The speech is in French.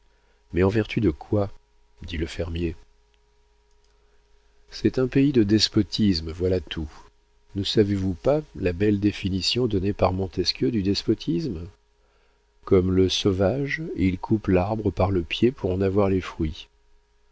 mais en vertu de quoi dit le fermier c'est un pays de despotisme voilà tout ne savez-vous pas la belle définition donnée par montesquieu du despotisme comme le sauvage il coupe l'arbre par le pied pour en avoir les fruits